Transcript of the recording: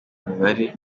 mibare